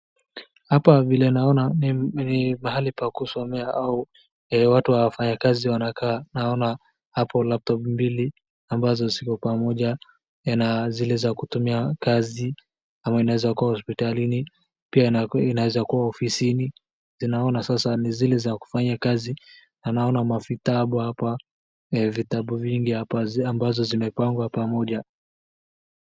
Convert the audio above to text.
Hapa vile naona ni mahali pa kusomea au watu na wafanya kazi wanakaa, naona hapo laptop mbili ambazo ziko pamoja na zile za kutumia kazi ama inaeza kua hosipitalini, pia inaeza kua ofisini, ninaona sasa ni zile za kufanya kazi, na naona mavitabu apa vitabu vingi apa ambazo zimepangwa pamoja.